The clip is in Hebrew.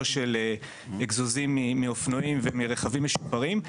של אגזוזים מאופנועים ומרכבים משופרים.